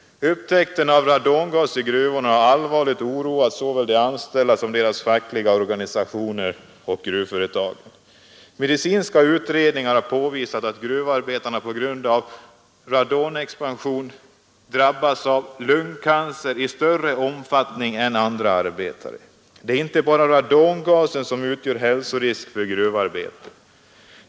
Upptäckten av radongas i gruvorna har allvarligt oroat såväl de anställda som deras fackliga organisationer och gruvföretagen. Medicinska utredningar har påvisat att gruvarbetarna på grund av radonexpansion drabbas av lungcancer i större omfattning än andra arbetare. Det är inte bara radongasen som utgör en hälsorisk för gruvarbetare.